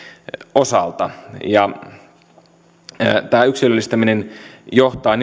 osalta tämä yksilöllistäminen johtaa